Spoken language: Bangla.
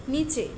নিচে